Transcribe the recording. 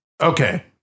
Okay